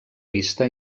vista